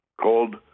called